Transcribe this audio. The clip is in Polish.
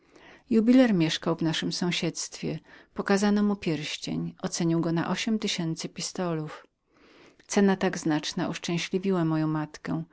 jubiler mieszkał w naszem sąsiedztwie pokazano mu pierścień ocenił go na ośm tysięcy pistolów cena tak znaczna uszczęśliwiła moją matkę